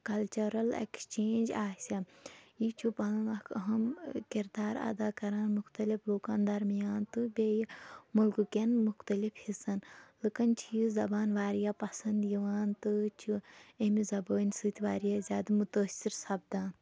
cultural exchange آسٮ۪ن یہِ چھُ پَنُن اَکھ أہم کِردار اَدا کَران مُختَلِف لُکَن درمیان تہٕ بیٚیہِ مُلکہٕ کٮ۪ن مُختلِف حِصَن لُکَن چھِ یہِ زبان واریاہ پَسنٛد یِوان تہٕ چھِ امہِ زبٲنۍ سۭتۍ واریاہ زیادٕ مُتٲثِر سَپدان